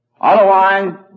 Otherwise